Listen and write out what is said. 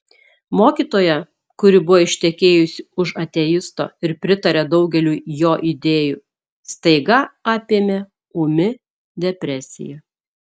mokytoją kuri buvo ištekėjusi už ateisto ir pritarė daugeliui jo idėjų staiga apėmė ūmi depresija